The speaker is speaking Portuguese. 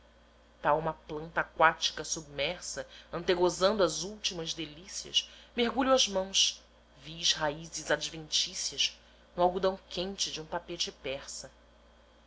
tal uma planta aquática submersa antegozando as últimas delícias mergulho as mãos vis raízes adventícias no algodão quente de um tapete persa